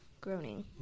groaning